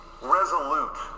resolute